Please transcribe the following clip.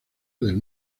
del